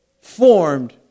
formed